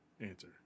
answer